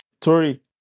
Tori